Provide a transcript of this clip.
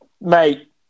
mate